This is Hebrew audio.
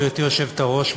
גברתי היושבת-ראש,